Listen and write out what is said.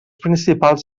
principals